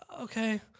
okay